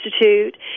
Institute